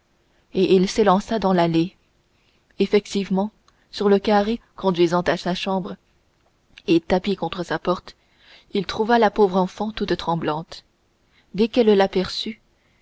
et il s'élança dans l'allée effectivement sur le carré conduisant à sa chambre et tapie contre sa porte il trouva la pauvre enfant toute tremblante dès qu'elle l'aperçut